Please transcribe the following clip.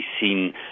seen